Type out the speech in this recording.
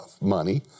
money